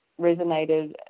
resonated